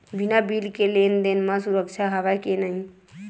बिना बिल के लेन देन म सुरक्षा हवय के नहीं?